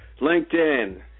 LinkedIn